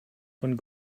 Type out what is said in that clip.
von